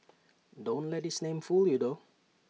don't let its name fool you though